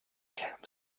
camp